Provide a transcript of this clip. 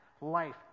life